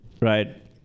right